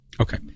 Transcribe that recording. Okay